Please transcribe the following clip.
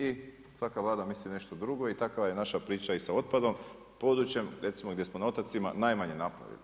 I svaka Vlada misli nešto drugo i takva je naša priča i sa otpadom, područjem recimo gdje smo na otocima najmanje napravili.